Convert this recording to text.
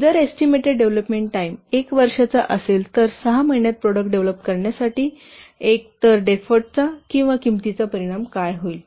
जर estimated development time 1 वर्षाचा असेल तर 6 महिन्यांत प्रॉडक्ट डेव्हलप करण्यासाठीतर एफ्फोर्टचा किंवा किंमतीचा परिणाम काय होईल